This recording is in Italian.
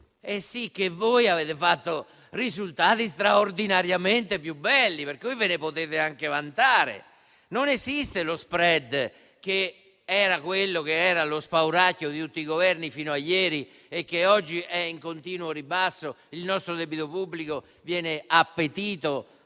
E sì che voi avete avuto risultati straordinariamente più belli, per cui ve ne potete anche vantare. Non esiste lo *spread*, che era lo spauracchio di tutti i Governi fino a ieri e che oggi è in continuo ribasso? Il nostro debito pubblico viene appetito